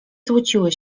złociły